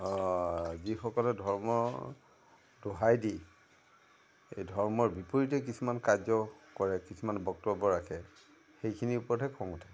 যিসকলে ধৰ্ম দোহাই দি এই ধৰ্মৰ বিপৰীতে কিছুমান কাৰ্য কৰে কিছুমান বক্তব্য ৰাখে সেইখিনিৰ ওপৰতহে খং উঠে